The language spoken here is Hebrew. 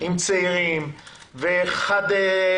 עם צעירים וחד-הוריים,